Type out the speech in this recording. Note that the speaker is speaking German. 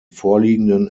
vorliegenden